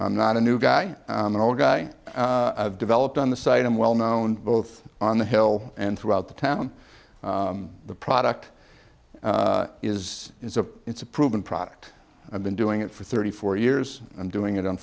i'm not a new guy i'm an old guy i've developed on the site i'm well known both on the hill and throughout the town the product is is a it's a proven product i've been doing it for thirty four years i'm doing it on